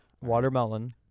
Watermelon